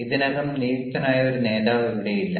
ഇതിനകം നിയുക്തനായ ഒരു നേതാവ് ഇവിടെയില്ല